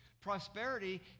Prosperity